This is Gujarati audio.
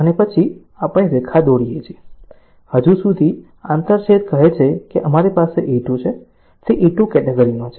અને પછી આપણે રેખા દોરીએ છીએ હજુ સુધી આંતરછેદ કહે છે કે અમારી પાસે A2 છે તે A2 કેટેગરીનો છે